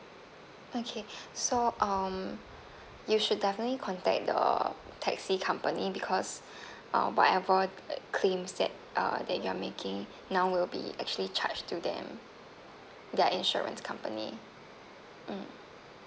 okay so um you should definitely contact the taxi company because uh whatever claims that uh that you're making now will be actually charged to them their insurance company mm